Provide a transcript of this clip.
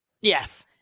Yes